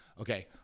okay